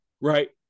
Right